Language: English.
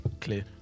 clear